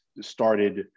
started